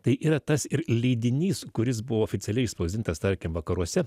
tai yra tas ir leidinys kuris buvo oficialiai spausdintas tarkim vakaruose